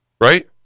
Right